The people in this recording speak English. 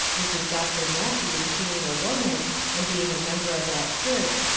mrs. dr. matthews being a woman, and being a member of that church,